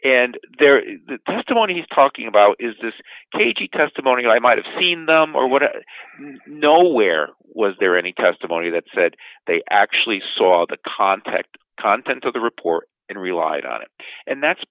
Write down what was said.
and their testimony he's talking about is this cagey testimony i might have seen them or what nowhere was there any testimony that said they actually saw the contect content of the report and relied on it and that's